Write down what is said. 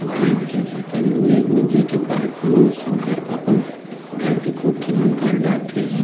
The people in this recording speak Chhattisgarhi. धान के फसल लूए, मिंजे के बाद म सुग्घर अपन घर के कोठी म धर डारथे